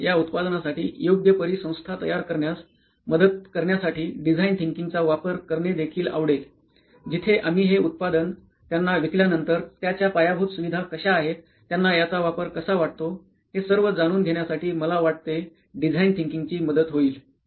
आम्हाला या उत्पादनासाठी योग्य परिसंस्था तयार करण्यास मदत करण्यासाठी डिझाईन थिंकिंगचा वापर करणे देखील आवडेल जिथे आम्ही हे उत्पादन त्यांना विकल्यानंतर त्याच्या पायाभूत सुविधा कश्या आहेत त्यांना याचा वापर कसा वाटतो हे सर्व जाणून घेण्यासाठी मला वाटते डिझाईन थिंकिंगची मदत होईल